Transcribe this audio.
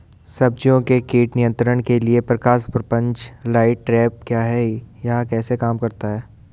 सब्जियों के कीट नियंत्रण के लिए प्रकाश प्रपंच लाइट ट्रैप क्या है यह कैसे काम करता है?